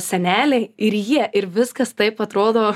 seneliai ir jie ir viskas taip atrodo